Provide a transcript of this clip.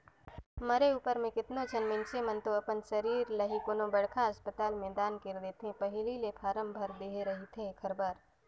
मरे उपर म केतनो झन मइनसे मन तो अपन सरीर ल ही कोनो बड़खा असपताल में दान कइर देथे पहिली ले फारम भर दे रहिथे एखर बर